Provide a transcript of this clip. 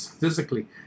physically